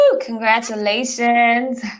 congratulations